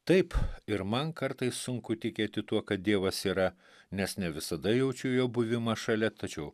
taip ir man kartais sunku tikėti tuo kad dievas yra nes ne visada jaučiu jo buvimą šalia tačiau